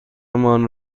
مان